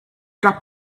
drop